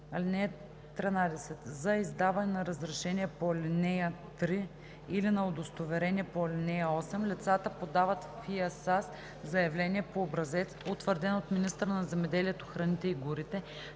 14: „(13) За издаване на разрешение по ал. 3 или на удостоверение по ал. 8 лицата подават в ИАСАС заявление по образец, утвърден от министъра на земеделието, храните и горите,